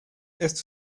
esto